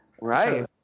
right